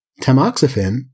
Tamoxifen